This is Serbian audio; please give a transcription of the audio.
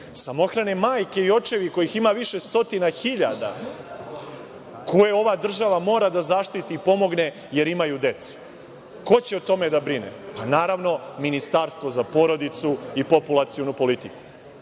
dece. Samohrane majke i očevi kojih ima više stotina hiljada koje ova država mora da zaštiti i pomogne jer imaju decu. Ko će o tome da brine? Pa, naravno, ministarstvo za porodicu i populacionu politiku.